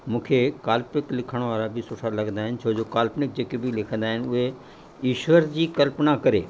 मूंखे काल्पनिक लिखण वारा बि सुठा लॻंदा आहिनि छोजो काल्पनिक जेके बि लिखंदा आहिनि उहे ईश्वर जी कल्पना करे